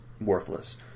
worthless